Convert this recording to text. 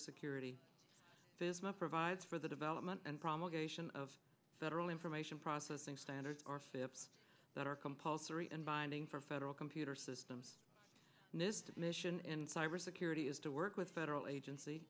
provide for the development and promulgated of federal information processing standard or phipps that are compulsory and binding for federal computer systems and this mission in cyber security is to work with federal agency